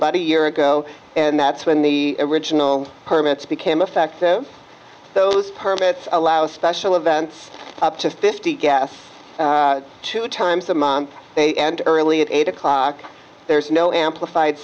about a year ago and that's when the original permits became effective those permits allow special events up to fifty gas two times a month early at eight o'clock there's no amplified